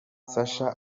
sacha